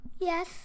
Yes